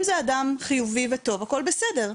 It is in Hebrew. אם זה אדם חיובי וטוב, הכל בסדר.